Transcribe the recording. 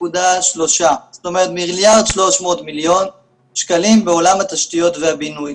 זאת אומרת מיליארד ו-300 מיליון שקלים בעולם התשתיות והבינוי.